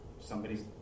somebody's